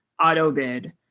AutoBid